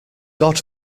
god